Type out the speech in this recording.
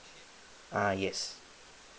ah yes